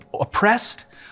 oppressed